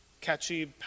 catchy